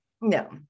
No